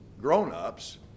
grown-ups